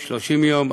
30 יום,